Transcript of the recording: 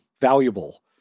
valuable